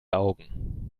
augen